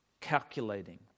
calculating